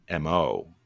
mo